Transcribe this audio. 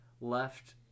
left